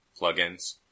plugins